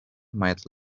might